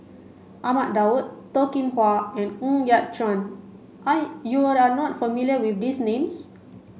Ahmad Daud Toh Kim Hwa and Ng Yat Chuan you are not familiar with these names